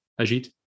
Ajit